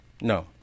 No